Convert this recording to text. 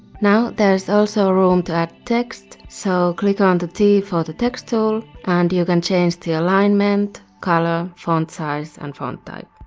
now, there's also room to add text, so click on the t for the text tool. and you can change the alignment, color, font size and font type.